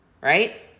right